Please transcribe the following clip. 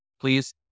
please